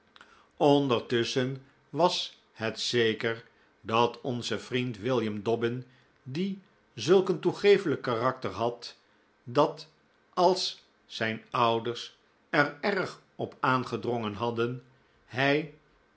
ondertusschen was het zeker dat onze vriend william dobbin die zulk een toegefelijk karakter had dat als zijn ouders er erg op aangedrongen hadden hij